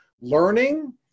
learning